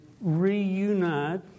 reunite